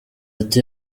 ati